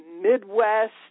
Midwest